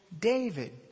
David